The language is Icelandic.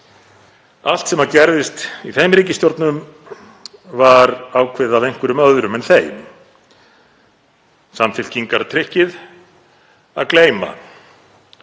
Allt sem gerðist í þeim ríkisstjórnum var ákveðið af einhverjum öðrum en þeim. Samfylkingartrikkið: Að gleyma